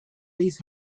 these